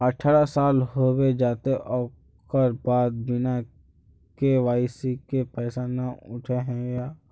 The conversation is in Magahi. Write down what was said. अठारह साल होबे जयते ओकर बाद बिना के.वाई.सी के पैसा न उठे है नय?